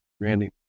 Randy